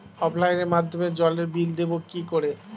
অফলাইনে মাধ্যমেই জলের বিল দেবো কি করে?